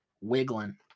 Wiggling